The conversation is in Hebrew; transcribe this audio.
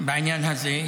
בעניין הזה.